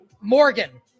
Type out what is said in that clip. Morgan